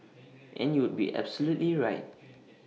and you would be absolutely right